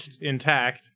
intact